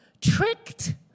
tricked